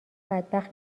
بدبخت